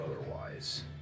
otherwise